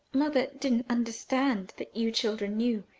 mother didn't understand that you children knew,